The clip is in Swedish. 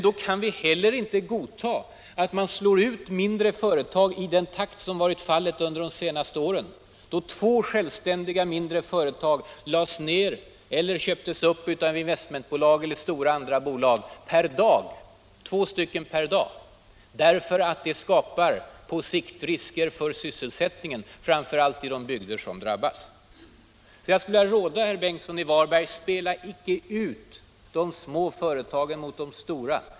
Då kan vi heller inte godta att man slår ut mindre företag i den takt som varit fallet under de senaste åren, när två självständiga mindre företag om dagen lagts ned eller köpts upp av in 65 vestmentbolag eller andra stora bolag. Det skapar på sikt risker för sysselsättningen, framför allt i de bygder som drabbas. Jag skulle vilja råda herr Bengtsson i Varberg att icke spela ut de små företagen mot de stora.